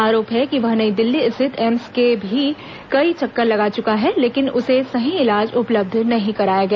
आरोप है कि वह नई दिल्ली स्थित एम्स के भी कई चक्कर लगा चुका है लेकिन उसे सही इलाज उपलब्ध नहीं कराया गया